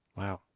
wow.